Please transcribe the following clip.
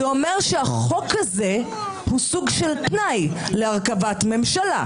זה אומר שהחוק הזה הוא סוג של תנאי להרכבת ממשלה.